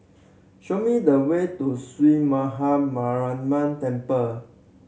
show me the way to Sree Maha Mariamman Temple